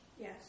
Yes